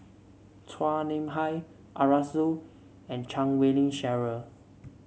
Chua Nam Hai Arasu and Chan Wei Ling Cheryl